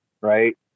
right